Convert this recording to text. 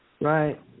Right